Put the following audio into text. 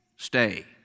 stay